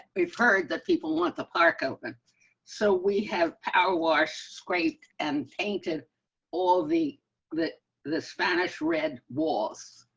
we've heard that people want the park open so we have power wash scraped and painted all the that the spanish read was,